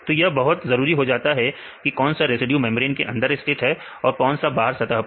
तो यह बहुत जरूरी हो जाता है की कौन सा रेसिड्यूज मेंब्रेन के अंदर स्थित है और कौन सा बाहर सतह पर